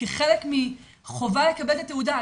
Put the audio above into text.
כחלק מחובה לקבל תעודת הוראה,